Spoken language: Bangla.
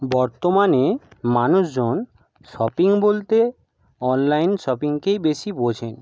বর্তমানে মানুষজন শপিং বলতে অনলাইন শপিংকেই বেশি বোঝেন